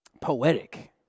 Poetic